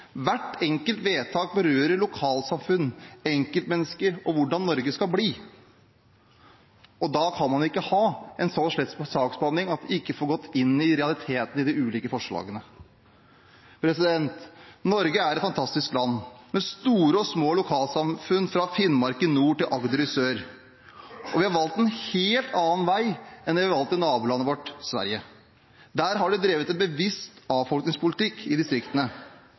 Hvert enkelt vedtak berører lokalsamfunn, enkeltmennesker og hvordan Norge skal bli. Da kan man ikke ha en så slett saksbehandling at en ikke får gått inn i realitetene i de ulike forslagene. Norge er et fantastisk land med store og små lokalsamfunn – fra Finnmark i nord til Agder i sør. Vi har valgt en helt annen vei enn det de har valgt i nabolandet vårt, Sverige. Der de har drevet en bevisst avfolkningspolitikk i distriktene,